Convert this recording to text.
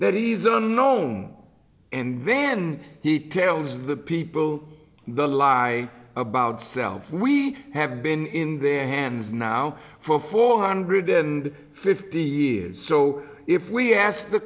that he's unknown and then he tells the people the lie about self we have been in their hands now for four hundred and fifty years so if we asked the